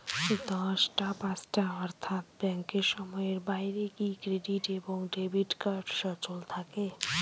দশটা পাঁচটা অর্থ্যাত ব্যাংকের সময়ের বাইরে কি ক্রেডিট এবং ডেবিট কার্ড সচল থাকে?